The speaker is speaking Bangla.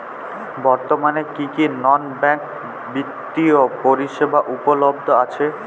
বর্তমানে কী কী নন ব্যাঙ্ক বিত্তীয় পরিষেবা উপলব্ধ আছে?